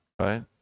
right